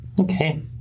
Okay